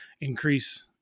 increase